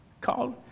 Called